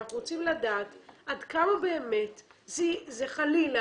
אנחנו רוצים לדעת עד כמה באמת זה חלילה,